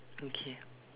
okay